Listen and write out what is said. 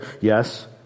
yes